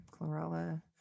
chlorella